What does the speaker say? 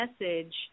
message